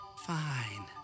Fine